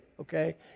okay